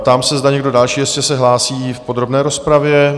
Ptám se, zda někdo další se ještě hlásí v podrobné rozpravě?